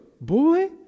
Boy